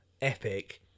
epic